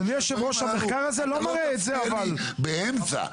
אל תפריע לי באמצע,